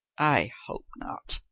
i hope not,